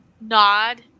nod